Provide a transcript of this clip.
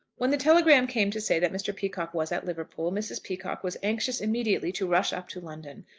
when the telegram came to say that mr. peacocke was at liverpool, mrs. peacocke was anxious immediately to rush up to london.